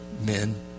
men